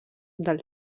del